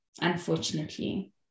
unfortunately